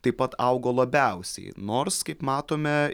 taip pat augo labiausiai nors kaip matome